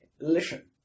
Listen